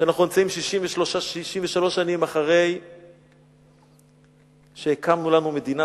כשאנחנו נמצאים 63 שנים אחרי שהקמנו לנו מדינה,